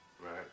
right